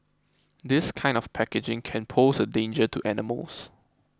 this kind of packaging can pose a danger to animals